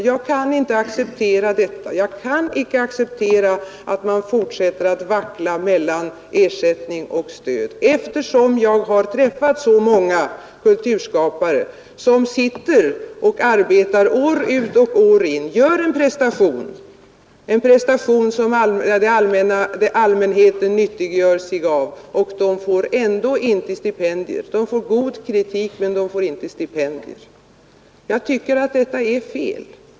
Jag kan inte acceptera detta. Jag kan inte acceptera att man fortsätter att vackla mellan ersättning och stöd, eftersom jag har träffat så många kulturskapare, som sitter och arbetar år ut och år in, gör en prestation, en prestation som allmänheten nyttiggör sig av men de får ändå inte stipendier. De får god kritik men inga stipendier. Detta tycker jag är fel.